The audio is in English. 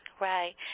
Right